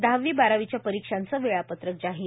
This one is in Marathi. दहावी बारावीच्या परिक्षांच वेळापत्रक जाहीर